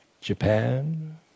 Japan